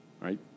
right